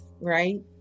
right